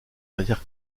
matière